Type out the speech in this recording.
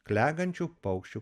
klegančių paukščių